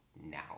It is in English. now